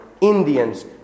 Indians